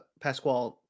pasquale